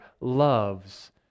loves